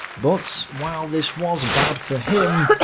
but while this was bad for him,